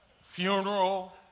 funeral